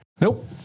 Nope